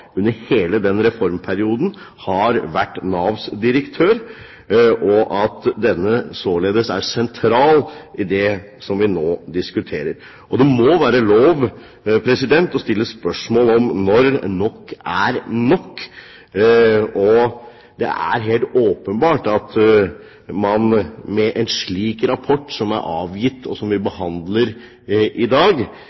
under hele reformperioden har vært Navs direktør, og at denne således er sentral i det vi nå diskuterer. Det må være lov å stille spørsmål om når nok er nok. Det er helt åpenbart at man med en slik rapport som er avgitt, og som vi